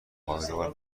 پایدار